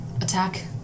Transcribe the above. attack